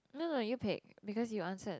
no no you pick because you answered